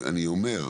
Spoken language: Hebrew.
אני אומר,